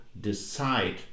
decide